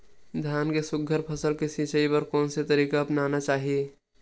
धान के सुघ्घर फसल के सिचाई बर कोन से तरीका अपनाना चाहि?